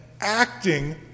acting